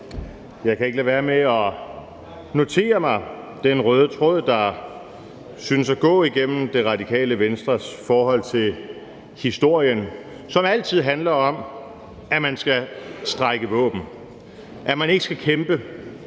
Jeg kan ikke lade være med at notere mig den røde tråd, der synes at gå igennem det Radikale Venstres forhold til historien, som altid handler om, at man skal strække våben, at man ikke skal kæmpe,